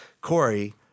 Corey